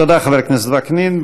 תודה, חבר הכנסת וקנין.